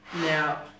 Now